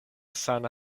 sana